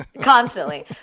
Constantly